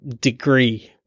degree